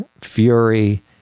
fury